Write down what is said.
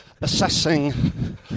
assessing